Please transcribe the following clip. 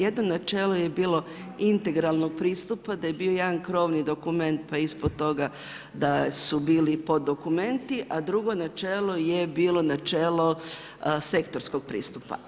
Jedno načelo je bilo integralnog pristupa da je bio jedan krovni dokument pa ispod toga da su bili poddokumenti, a drugo načelo je bilo načelo sektorskog pristupa.